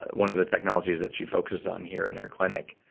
one of the technologies that she focuses on here in her clinic,